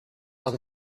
out